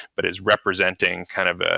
but is representing kind of ah